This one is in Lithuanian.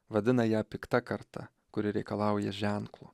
vadina ją pikta karta kuri reikalauja ženklo